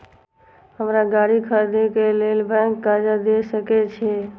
हमरा गाड़ी खरदे के लेल बैंक कर्जा देय सके छे?